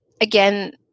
again